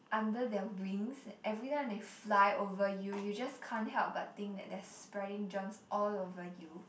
under their wings every time they fly over you you just can't help but think that they're spreading germs all over you